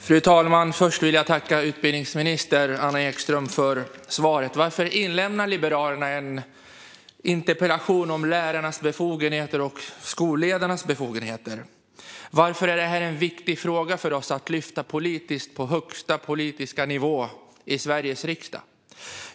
Fru talman! Jag vill tacka utbildningsminister Anna Ekström för svaret. Varför inlämnar Liberalerna en interpellation om lärarnas befogenheter och skolledarnas befogenheter? Varför är det här en viktig fråga för oss att lyfta fram på högsta politiska nivå, i Sveriges riksdag?